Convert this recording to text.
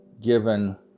...given